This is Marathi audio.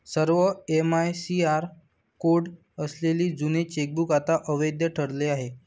सर्व एम.आय.सी.आर कोड असलेले जुने चेकबुक आता अवैध ठरले आहे